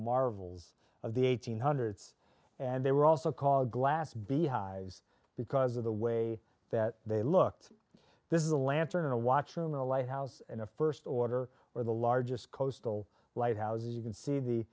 marvels of the eighteen hundreds and they were also called glass beehives because of the way that they looked this is a lantern a washroom or a lighthouse in a first order or the largest coastal lighthouse and you can see the